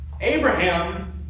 Abraham